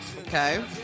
Okay